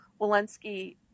Walensky